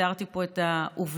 תיארתי פה את העובדות,